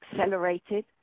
accelerated